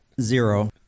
Zero